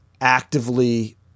actively